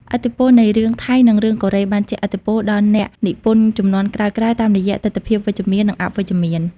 ឥទ្ធិពលនៃរឿងថៃ និងរឿងកូរ៉េបានជះឥទ្ធិពលដល់អ្នកនិពន្ធជំនាន់ក្រោយៗតាមរយៈទិដ្ឋភាពវិជ្ជមាន និងអវិជ្ជមាន។